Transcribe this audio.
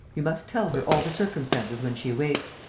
you must tell her all the circumstances when she wakes.